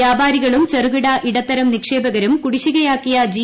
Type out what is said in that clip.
വ്യാപാരികളും ചെറുകിട ഇടത്തരം നിക്ഷേപകരും കുടിശ്ശികയാക്കിയ ജി